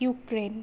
Ukraine